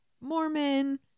Mormon